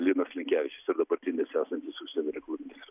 linas linkevičius ir dabartinis esantis užsienio reikalų ministras